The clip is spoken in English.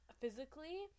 Physically